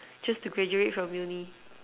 just to graduate from uni